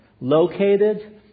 located